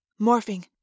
morphing